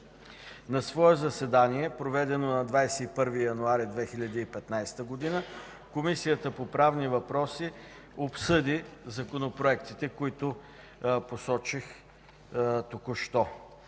На свое заседание, проведено на 21 януари 2015 г., Комисията по правни въпроси обсъди законопроектите, които посочих току-що.